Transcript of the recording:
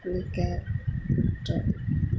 ఇంకా